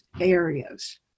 areas